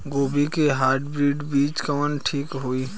गोभी के हाईब्रिड बीज कवन ठीक होई?